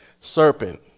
serpent